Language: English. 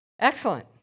Excellent